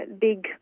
big